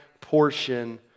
portion